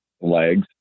legs